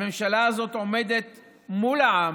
הממשלה הזאת עומדת מול העם,